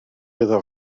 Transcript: iddo